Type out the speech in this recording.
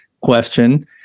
question